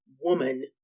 woman